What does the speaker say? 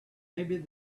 maybe